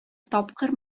тапкыр